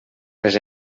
les